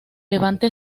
levante